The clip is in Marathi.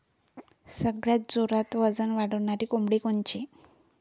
सगळ्यात जोरात वजन वाढणारी कोंबडी कोनची?